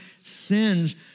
sins